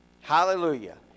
Hallelujah